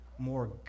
more